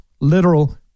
literal